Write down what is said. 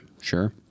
Sure